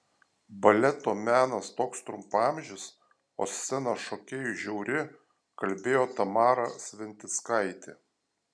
baleto menas toks trumpaamžis o scena šokėjui žiauri kalbėjo tamara sventickaitė